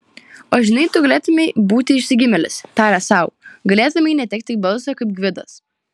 o žinai tu galėtumei būti išsigimėlis tarė sau galėtumei netekti balso kaip gvidas